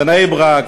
בני-ברק,